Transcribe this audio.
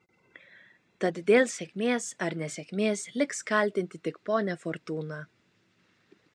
tad dėl sėkmės ar nesėkmės liks kaltinti tik ponią fortūną